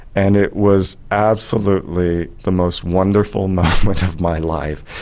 and it was absolutely the most wonderful moment of my life.